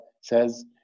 says